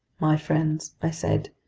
my friends, i said,